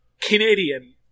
Canadian